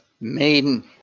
maiden